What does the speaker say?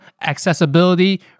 accessibility